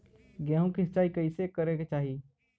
गेहूँ के सिंचाई कइसे करे के चाही?